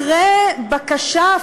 אחרי בקשה,